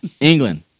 England